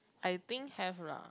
I think have lah